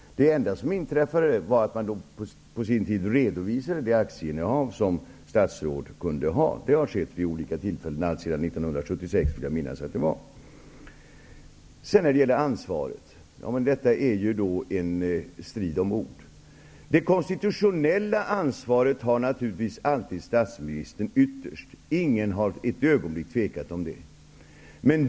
Det enda som inträffade var att man på sin tid redovisade statsrådens aktieinnehav. Det har skett vid olika tillfällen allt sedan 1976, vill jag minnas. När det gäller ansvaret är det här en strid om ord. Det konstitutionella ansvaret har naturligtvis ytterst statsministern. Ingen har ett ögonblick tvekat om detta.